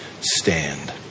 stand